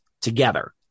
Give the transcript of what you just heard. together